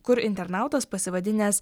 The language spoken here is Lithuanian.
kur internautas pasivadinęs